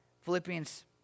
Philippians